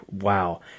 Wow